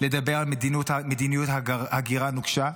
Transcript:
לדבר על מדיניות הגירה נוקשה,